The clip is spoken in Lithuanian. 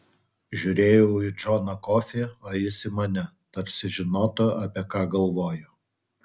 žiūrėjau į džoną kofį o jis į mane tarsi žinotų apie ką galvoju